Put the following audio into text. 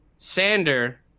Sander